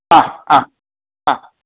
हा हा हा